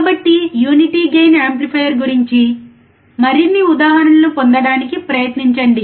కాబట్టి unity gain amplifier గురించి మరిన్ని ఉదాహరణలు పొందడానికి ప్రయత్నించండి